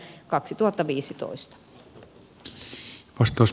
arvoisa puhemies